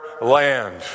land